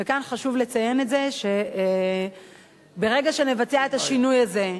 וכאן חשוב לציין שברגע שנבצע את השינוי הזה,